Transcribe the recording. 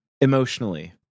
emotionally